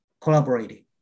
collaborating